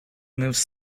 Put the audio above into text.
moves